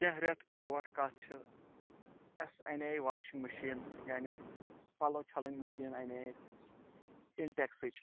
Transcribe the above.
کینٛہہ رٮ۪تھ برونٛٹھ کَتھ چھِ اَسِہ اَنے واشِنٛگ مِشیٖن یعنی پَلو چھَلٕنۍ مِشیٖن اَنے اَسِہ اِنٹٮ۪کسٕچ